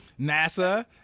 NASA